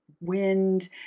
wind